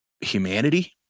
humanity